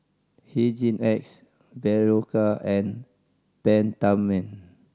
Hygin X Berocca and Peptamen